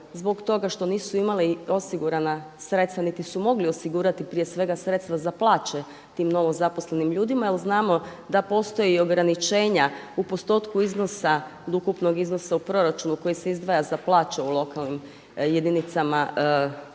zbog toga što nisu imala osigurana sredstva niti su mogli osigurati prije svega sredstva za plaće tim novozaposlenim ljudima jer znamo da postoje i ograničenja u postotku iznosa od ukupnog iznosa u proračunu koji se izdvaja za plaće u lokalnim jedinicama, i